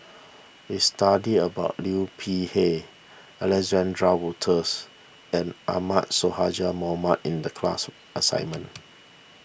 we studied about Liu Peihe Alexander Wolters and Ahmad Sonhadji Mohamad in the class assignment